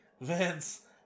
Vince